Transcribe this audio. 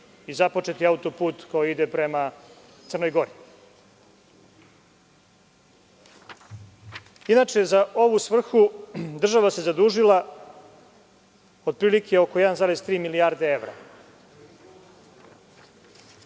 i započeti auto-put koji ide prema Crnoj Gori? Inače, za ovu svrhu, država se zadužila otprilike oko 1,3 milijarde evra.U